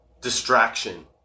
distraction